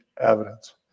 evidence